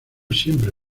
siempre